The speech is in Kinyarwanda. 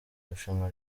irushanwa